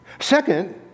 Second